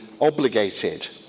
obligated